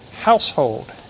household